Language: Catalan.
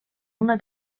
una